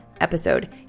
episode